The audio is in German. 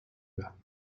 werden